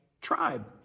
tribe